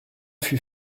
fut